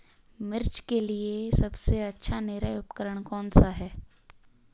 मिर्च के लिए सबसे अच्छा निराई उपकरण कौनसा है?